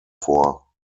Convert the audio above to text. vor